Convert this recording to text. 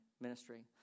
ministry